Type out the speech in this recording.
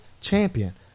champion